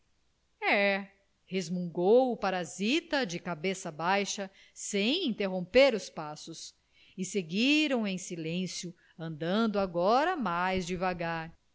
resmungou o parasita de cabeça baixa sem interromper os passos e seguiram em silêncio andando agora mais devagar